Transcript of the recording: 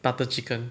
butter chicken